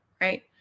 right